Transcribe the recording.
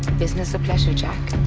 business or pleasure, jack?